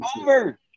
over